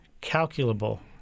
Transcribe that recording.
calculable